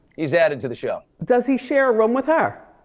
he's added to the show. does he share a room with her?